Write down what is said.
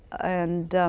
and